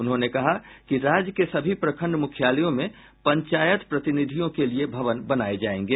उन्होंने कहा कि राज्य के सभी प्रखंड मुख्यालयों में पंचायत प्रतिनिधियों के लिए भवन बनाये जायेंगे